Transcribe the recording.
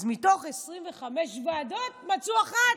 אז מתוך 25 ועדות מצאו אחת,